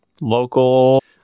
Local